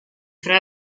tra